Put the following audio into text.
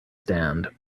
stand